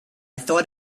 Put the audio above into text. thought